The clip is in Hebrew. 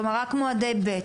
כלומר רק מועדי ב'.